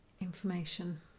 information